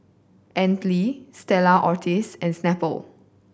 Anlene Stella Artois and Snapple